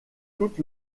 toute